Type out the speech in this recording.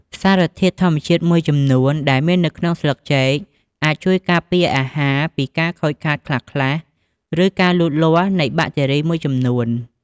សារធាតុធម្មជាតិមួយចំនួនដែលមាននៅក្នុងស្លឹកចេកអាចជួយ ការពារអាហារ ពីការខូចខាតខ្លះៗ ឬការលូតលាស់នៃបាក់តេរីមួយចំនួន។